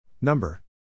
Number